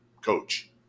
coach